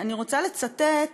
אני רוצה לצטט